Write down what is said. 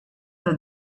that